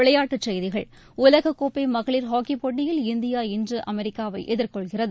விளையாட்டுச் செய்திகள் உலகக்கோப்பை மகளிர் ஹாக்கிப் போட்டியில் இந்தியா இன்று அமெரிக்காவை எதிர்கொள்கிறது